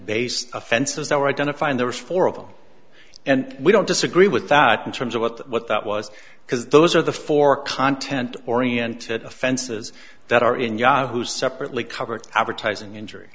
based offenses that were identified there was four of them and we don't disagree with that in terms of what that what that was because those are the four content oriented offenses that are in yahoo's separately covered advertising injury